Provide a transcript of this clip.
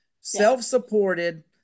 Self-supported